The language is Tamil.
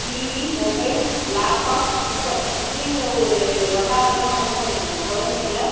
டிவி மொபைல் லேப்டாப் சிஸ்டம் இப்படிங்குற ஒரு வட்டாரத்தில் நம்ம என்ன பண்ணிட்டுருக்கோம் குழந்தைகள